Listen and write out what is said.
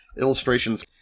illustrations